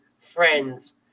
friends